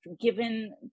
given